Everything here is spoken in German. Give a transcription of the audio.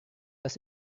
dass